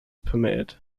permitted